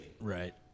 Right